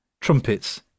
Trumpets